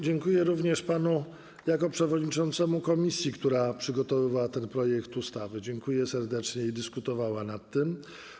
Dziękuję również panu jako przewodniczącemu komisji, która przygotowywała ten projekt ustawy - dziękuję serdecznie - i dyskutowała nad nim.